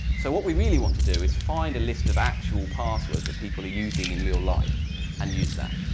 so what we really want to do is find a list of actual passwords that people are using in real life and use that.